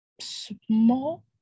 small